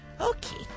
Okay